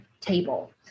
table